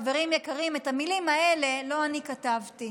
חברים יקרים: את המילים האלה לא אני כתבתי,